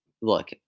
look